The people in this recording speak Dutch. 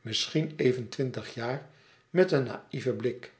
misschien even twintig jaar met een naïven blik